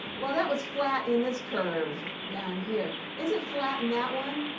well, that was flat in this curve down here. is it flat in that one?